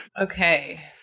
Okay